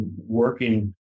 working